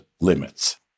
limits